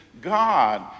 God